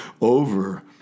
over